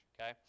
okay